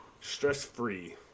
stress-free